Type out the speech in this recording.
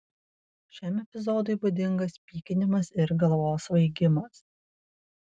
šiam epizodui būdingas pykinimas ir galvos svaigimas